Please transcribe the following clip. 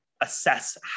assess